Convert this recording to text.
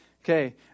Okay